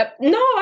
No